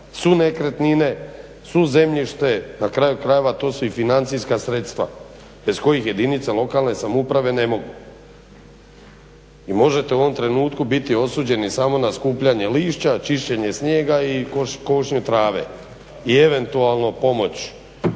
su nekretnine, su zemljište, na kraju krajeva tu su financijska sredstva bez kojih jedinice lokalne samouprave ne mogu. I možete u ovom trenutku biti osuđeni samo na skupljanje lišća, čišćenje snijega i košnju trave i eventualno pomoć